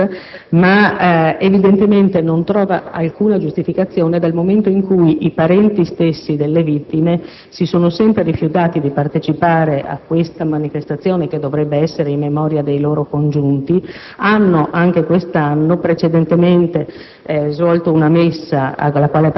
da un sacerdote sospeso *a divinis*, non trova alcuna giustificazione dal momento che i parenti stessi delle vittime si sono sempre rifiutati di partecipare a questa manifestazione, che dovrebbe essere in memoria dei loro congiunti, ed hanno anche quest'anno fatto